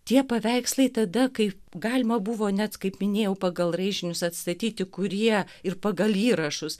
tie paveikslai tada kai galima buvo net kaip minėjau pagal raižinius atstatyti kurie ir pagal įrašus